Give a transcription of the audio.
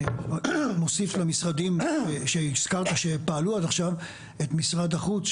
אני מוסיף למשרדים שפעלו עד עכשיו את משרד החוץ,